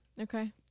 Okay